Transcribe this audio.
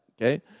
okay